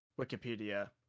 Wikipedia